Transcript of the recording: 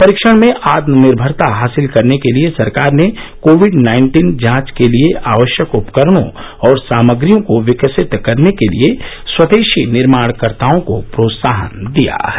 परीक्षण में आत्मनिर्भरता हासिल करने के लिए सरकार ने कोविड नाइन्टीन जांच के लिए आवश्यक उपकरणों और सामग्रियों को विकसित करने के लिए स्वदेशी निर्माणकर्ताओं को प्रोत्साहन दिया है